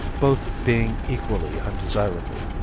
both being equally undesirable.